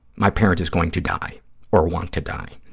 my parent is going to die or want to die.